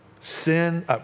Sin